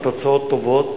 התוצאות טובות,